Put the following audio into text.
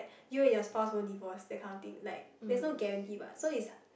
you and your spouse won't divorce that kind of thing like there's no guarantee what so it's a